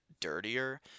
dirtier